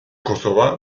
kosova